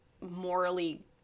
morally